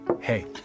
Hey